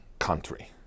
country